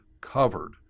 covered